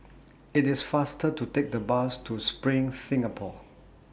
IT IS faster to Take The Bus to SPRING Singapore